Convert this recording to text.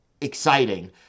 exciting